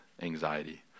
anxiety